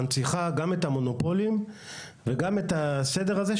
מנציחה גם את המונופולים וגם את הסדר הזה,